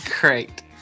Great